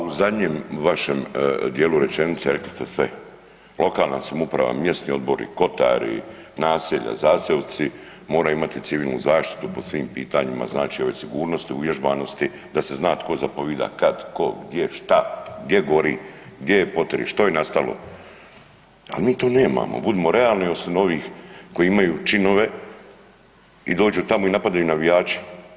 Pa u zadnjem vašem dijelu rečenice rekli sve sve, lokalna samouprava, mjesni odbori, kotari, naselja, zaseoci, moraju imati civilnu zaštitu po svim pitanjima, znači od sigurnosti i uvježbanosti, da se zna tko zapovida, kad, ko, gdje, šta, gdje gori, gdje je potres, što je nastalo, a mi to nemamo, budimo realni osim ovih koji imaju činove i dođu tamo i napadaju navijače.